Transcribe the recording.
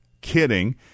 kidding